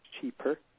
cheaper